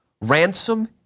Ransom